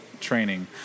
training